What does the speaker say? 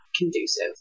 conducive